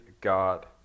God